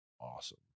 awesome